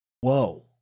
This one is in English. Whoa